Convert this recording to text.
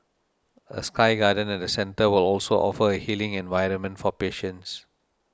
a sky garden at the centre will also offer a healing environment for patients